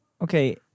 Okay